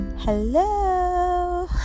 Hello